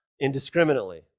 indiscriminately